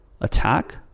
attack